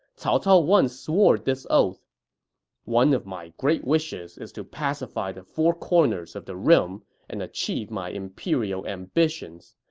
cao cao once swore this oath one of my great wishes is to pacify the four corners of the realm and achieve my imperial ambitions.